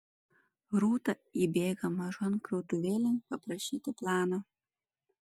rūta įbėga mažon krautuvėlėn paprašyti plano